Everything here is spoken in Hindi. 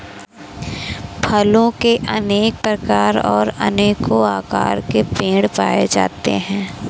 फलों के अनेक प्रकार और अनेको आकार के पेड़ पाए जाते है